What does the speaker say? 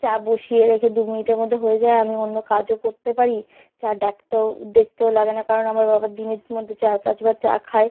চা বসিয়ে রেখে দু মিনিটের মধ্যে হয়ে যায় আমি অন্য কাজও করতে পারি চা দেখতেও লাগে না কারণ আমার বাবা দিনের মধ্যে চার পাঁচবার চা খায়